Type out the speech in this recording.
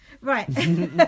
Right